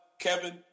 Kevin